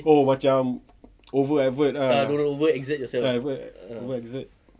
oh macam over avert over exert